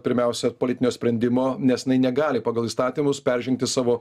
pirmiausia politinio sprendimo nes jinai negali pagal įstatymus peržengti savo